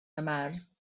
مرز